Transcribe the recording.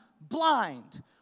blind